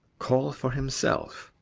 call for himself?